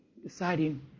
Deciding